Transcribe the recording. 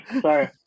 Sorry